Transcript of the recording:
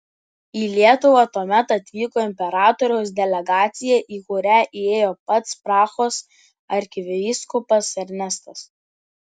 į lietuvą tuomet atvyko imperatoriaus delegacija į kurią įėjo pats prahos arkivyskupas ernestas